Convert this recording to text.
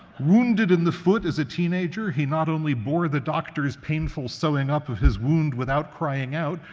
wounded in the foot as a teenager, he not only bore the doctor's painful sewing up of his wound without crying out,